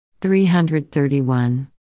331